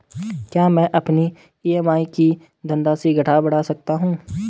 क्या मैं अपनी ई.एम.आई की धनराशि घटा बढ़ा सकता हूँ?